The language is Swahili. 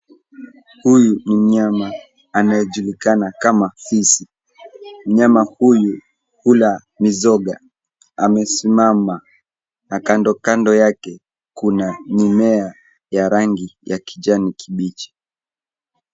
Huyu ni mnyama anayejulikana kama fisi. Mnyama huyu hula mizoga. Amesimama na kandokando yake kuna mimea ya rangi ya kijani kibichi.